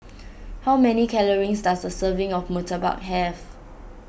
how many calories does a serving of Murtabak have